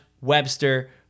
Webster